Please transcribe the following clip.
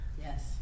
Yes